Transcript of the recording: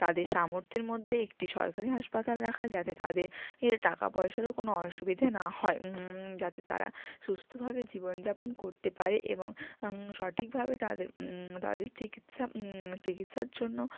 তাদের সামর্থ্যের মধ্যে একটি সরকারি হাসপাতাল রাখা যাতে তাদের টাকা পয়সারও কোনো অসুবিধে না হয় যাতে তারা সুস্থভাবে জীবন যাপন করতে পারে এবং সঠিকভাবে তাদের তাদের চিকিৎসা চিকিৎসার জন্য